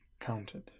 counted